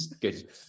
good